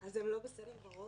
אז הן לא בסדר בראש?